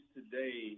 today